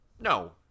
No